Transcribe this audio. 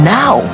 now